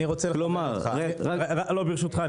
ברשותך,